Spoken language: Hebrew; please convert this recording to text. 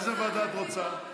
איזה ועדה את רוצה?